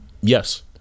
yes